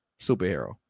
superhero